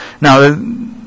now